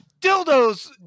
dildos